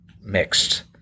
mixed